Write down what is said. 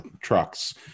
trucks